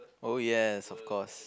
oh yes of course